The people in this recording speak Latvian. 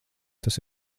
tas